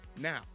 Now